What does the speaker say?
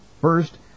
First